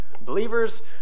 Believers